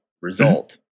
result